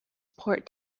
port